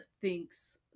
thinks